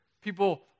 people